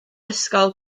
ysgol